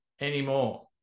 anymore